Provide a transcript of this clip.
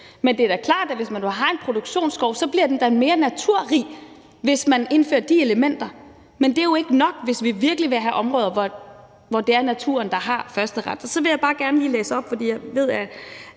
Men det er da klart, at hvis man har en produktionsskov, bliver den da mere naturrig, hvis man indfører de elementer. Men det er jo ikke nok, hvis vi virkelig vil have områder, hvor det er naturen, der har førsteretten. Så vil jeg gerne lige læse noget op, for jeg ved, at